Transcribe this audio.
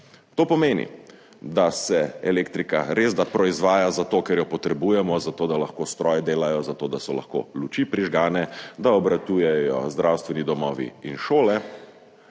To pomeni, da se elektrika res da proizvaja zato, ker jo potrebujemo za to, da lahkostroji delajo, zato, da so lahko prižgane luči, da obratujejo zdravstveni domovi in šole,